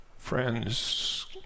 Friends